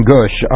Gush